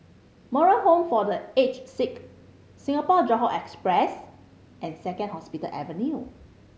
Moral Home for The Aged Sick Singapore Johore Express and Second Hospital Avenue